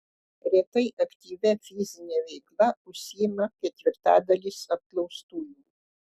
retai aktyvia fizine veikla užsiima ketvirtadalis apklaustųjų